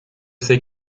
sais